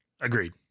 Agreed